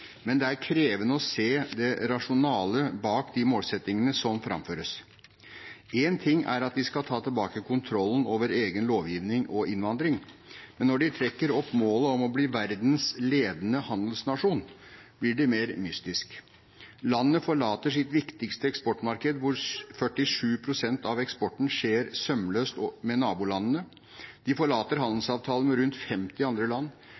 men det er krevende å se rasjonalet bak de målsettingene som framføres. Én ting er at de skal ta tilbake kontrollen over egen lovgivning og innvandring, men når de trekker opp målet om å bli verdens ledende handelsnasjon, blir det mer mystisk. Landet forlater sitt viktigste eksportmarked, hvor 47 pst. av eksporten skjer sømløst med nabolandene. De forlater handelsavtaler med rundt 50 andre land.